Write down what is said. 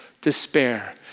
despair